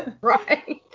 Right